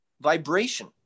vibration